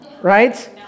right